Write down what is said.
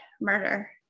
murder